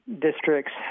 Districts